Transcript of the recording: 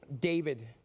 David